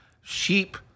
Sheep